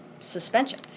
suspension